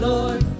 Lord